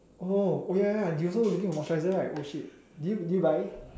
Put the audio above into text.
oh ya ya ya you also looking for moisturizer also right oh shit did did you buy